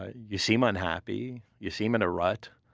ah you seem unhappy you seem in a rut.